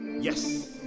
Yes